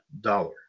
dollar